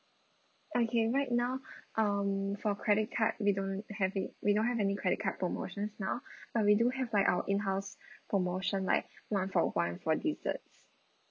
okay right now um for credit card we don't have it we don't have any credit card promotions now but we do have like our in house promotion like one for one for desserts